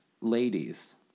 Ladies